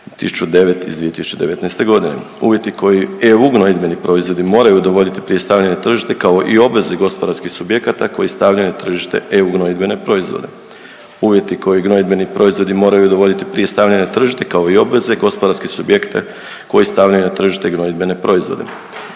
1009 iz 2019. godine. Uvjeti koje EU gnojidbeni proizvodi moraju udovoljiti prije stavljanja na tržište kao i obveze gospodarskih subjekata koji stavljaju na tržište EU gnojidbene proizvode. Uvjeti koje gnojidbeni proizvodi moraju udovoljiti prije stavljanja na tržište kao i obveze gospodarskih subjekata koji stavljaju na tržište gnojidbene proizvode.